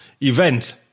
event